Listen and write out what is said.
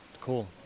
cool